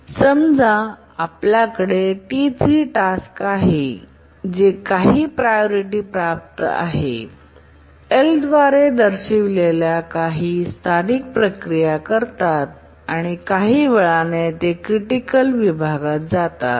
समजा आपल्याकडे T3 task आहे जे काही प्रायोरिटी प्राप्त आहे L द्वारे दर्शविलेल्या काही स्थानिक प्रक्रिया करतात आणि काही वेळाने ते क्रिटिकल विभागात जातात